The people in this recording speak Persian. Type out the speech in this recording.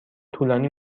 طولانی